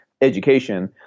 education